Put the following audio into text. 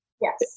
Yes